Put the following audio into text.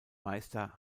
meister